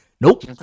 nope